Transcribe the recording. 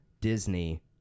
Disney